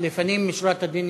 לפנים משורת הדין,